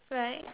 right